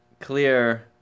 clear